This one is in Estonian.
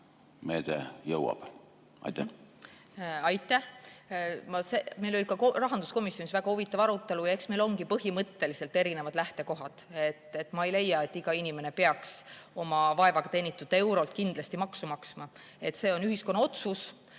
meede jõuab? Aitäh! Meil oli ka rahanduskomisjonis väga huvitav arutelu ja eks meil ongi põhimõtteliselt erinevad lähtekohad. Ma ei leia, et iga inimene peaks igalt oma vaevaga teenitud eurolt kindlasti maksu maksma. See on ühiskonna otsus,